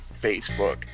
Facebook